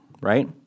right